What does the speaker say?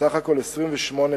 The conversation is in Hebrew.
בסך הכול 28 פעולות.